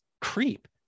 creep